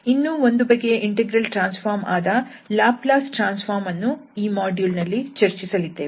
ಇನ್ನೂ ಒಂದು ಬಗೆಯ ಇಂಟೆಗ್ರಲ್ ಟ್ರಾನ್ಸ್ ಫಾರ್ಮ್ ಆದ ಲಾಪ್ಲಸ್ ಟ್ರಾನ್ಸ್ ಫಾರ್ಮ್ ಅನ್ನು ಈ ಮಾಡ್ಯೂಲ್ ನಲ್ಲಿ ಚರ್ಚಿಸಲಿದ್ದೇವೆ